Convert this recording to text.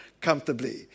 comfortably